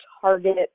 target